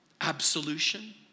Absolution